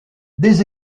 des